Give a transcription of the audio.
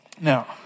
Now